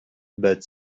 but